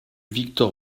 victor